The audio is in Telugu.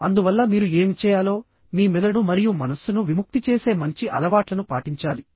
అందువల్ల మీరు ఏమి చేయాలో మీ మెదడు మరియు మనస్సును విముక్తి చేసే మంచి అలవాట్లను పాటించాలి